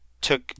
took